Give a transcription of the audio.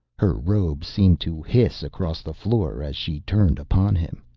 her robe seemed to hiss across the floor as she turned upon him.